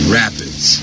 rapids